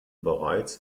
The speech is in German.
bereits